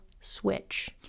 switch